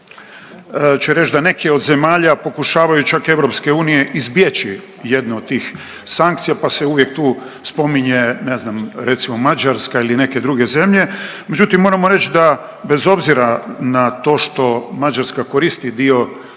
da će reći da neke od zemalja pokušavaju čak Europske unije izbjeći jednu od tih sankcija pa se uvijek tu spominje, ne znam, recimo Mađarska ili neke druge zemlje. Međutim moramo reć da bez obzira na to što Mađarska koristi dio